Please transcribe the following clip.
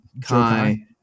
kai